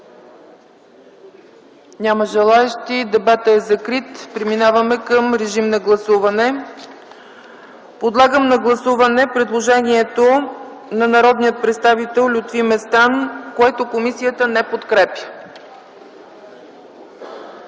Няма желаещи. Дебатът е закрит. Преминаваме към гласуване. Подлагам на гласуване предложението на народния представител Лютви Местан, което комисията не подкрепя.